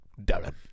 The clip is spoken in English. Darren